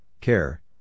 care